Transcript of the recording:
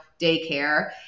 daycare